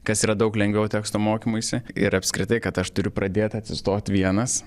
kas yra daug lengviau teksto mokymuisi ir apskritai kad aš turiu pradėt atsistot vienas